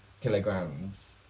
kilograms